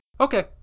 Okay